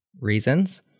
reasons